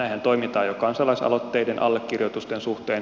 näinhän toimitaan jo kansalaisaloitteiden allekirjoitusten suhteen